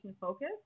focus